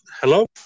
hello